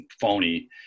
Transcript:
phony